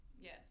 Yes